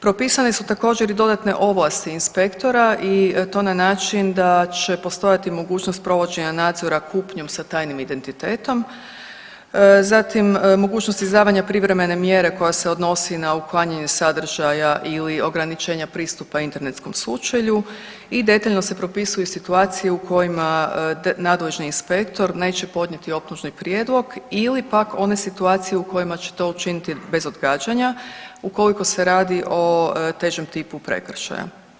Propisane su također, i dodatne ovlasti inspektora i to na način da će postojati mogućnost provođenja nadzora kupnjom sa tajnim identitetom, zatim, mogućnosti izdavanja privremene mjere koja se odnosi na uklanjanje sadržaja ili ograničenja pristupa internetskom sučelju i detaljno se propisuju situacije u kojima nadležni inspektor neće podnijeti optužni prijedlog ili pak one situacije u kojima će to učiniti bez odgađanja ukoliko se radi o težem tipu prekršaja.